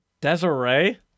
Desiree